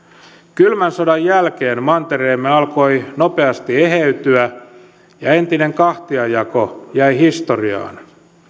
kylmän sodan jälkeen mantereemme alkoi nopeasti eheytyä ja entinen kahtiajako jäi historiaan